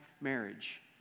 marriage